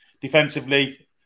Defensively